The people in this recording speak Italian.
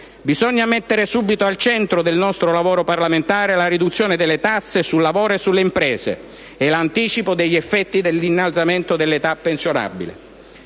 Bisogna subito mettere al centro del nostro lavoro parlamentare la riduzione delle tasse sul lavoro e sulle imprese e l'anticipo degli effetti dell'innalzamento dell'età pensionabile.